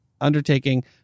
undertaking